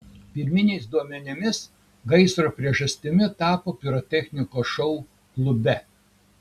pirminiais duomenimis gaisro priežastimi tapo pirotechnikos šou klube